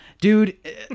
dude